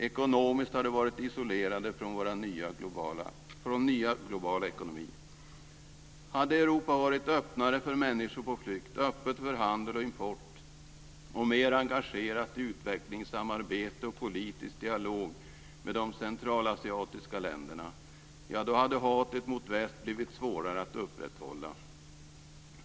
Ekonomiskt har de varit helt isolerade från vår nya globala ekonomi. Hade Europa varit öppnare för människor på flykt, öppet för handel och import och mer engagerat i utvecklingssamarbete och politisk dialog med de centralasiatiska länderna, ja, då hade hatet mot väst blivit svårare att upprätthålla.